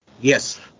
Yes